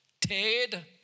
Ted